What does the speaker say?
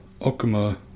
Okuma